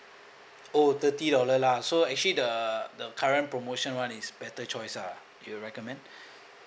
oh thirty dollar lah so actually the the current promotion [one] is better choice ah you recommend